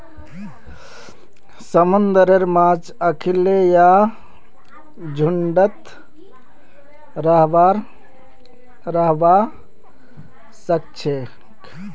समुंदरेर माछ अखल्लै या झुंडत रहबा सखछेक